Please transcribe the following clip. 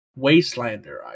Wastelander